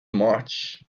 march